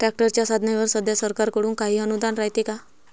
ट्रॅक्टरच्या साधनाईवर सध्या सरकार कडून काही अनुदान रायते का?